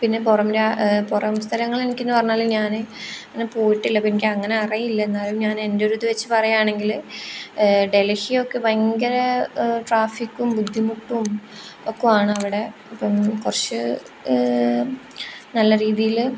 പിന്നെ പുറം പുറം സ്ഥലങ്ങൾ എനിക്കെന്ന് പറഞ്ഞാൽ ഞാൻ അങ്ങനെ പോയിട്ടില്ല അപ്പം എനിക്ക് അങ്ങനെ അറിയില്ല എന്നാലും ഞാൻ എൻ്റെ ഒരു ഇത് വെച്ച് പറയുകയാണെങ്കിൽ ഡൽഹിയൊക്കെ ഭയങ്കര ട്രാഫിക്കും ബുദ്ധിമുട്ടും ഒക്കെ ആണ് അവിടെ അപ്പം കുറച്ച് നല്ല രീതിയിൽ